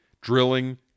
drilling